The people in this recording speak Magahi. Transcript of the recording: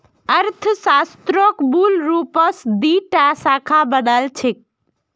अर्थशास्त्रक मूल रूपस दी टा शाखा मा न छेक